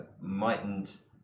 mightn't